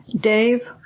Dave